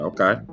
Okay